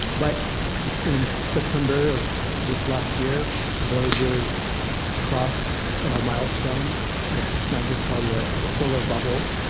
but in september of just last year voyager crossed a milestone what scientists call the the solar bubble.